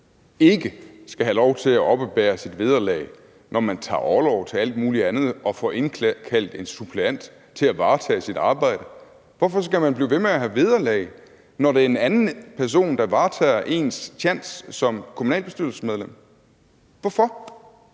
ikke skal have lov til at oppebære sit vederlag, når man tager orlov til alt muligt andet og får indkaldt en suppleant til at varetage sit arbejde. Hvorfor skal man blive ved med at have vederlag, når det er en anden person, der varetager ens tjans som kommunalbestyrelsesmedlem? Hvorfor?